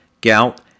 gout